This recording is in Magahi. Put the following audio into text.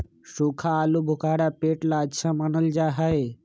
सूखा आलूबुखारा पेट ला अच्छा मानल जा हई